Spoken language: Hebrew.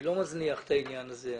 אני לא מזניח את העניין הזה.